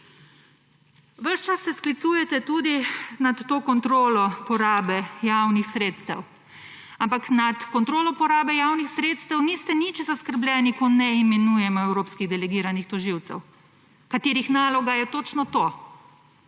Ves čas se sklicujete tudi nad to kontrolo porabe javnih sredstev. Ampak nad kontrolo porabe javnih sredstev niste nič zaskrbljeni, ko ne imenujem evropskih delegiranih tožilcev, katerih naloga je točno to,